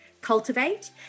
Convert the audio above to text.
Cultivate